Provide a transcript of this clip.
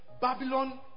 Babylon